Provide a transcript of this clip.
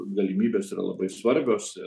galimybės yra labai svarbios